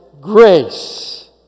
grace